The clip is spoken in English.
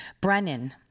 Brennan